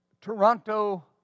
Toronto